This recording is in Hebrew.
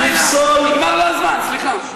יפסול, נגמר לו הזמן, סליחה.